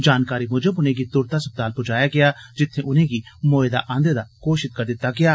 जानकारी मुजब उनेंगी तुरत अस्पताल पुजाया गेआ जित्थे उनेंगी मोए दा आन्दे दा घोषित करी दिता गेआ